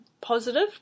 positive